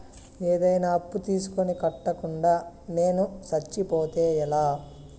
ఏదైనా అప్పు తీసుకొని కట్టకుండా నేను సచ్చిపోతే ఎలా